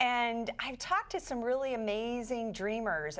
and i've talked to some really amazing dream